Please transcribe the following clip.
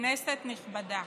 כנסת נכבדה,